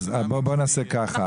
אז בוא נעשה ככה,